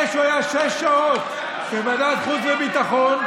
אחרי שהוא היה שש שעות בוועדת החוץ והביטחון,